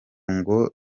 ngo